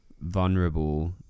vulnerable